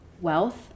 wealth